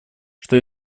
что